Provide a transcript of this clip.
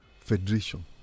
federation